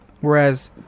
whereas